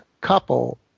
couple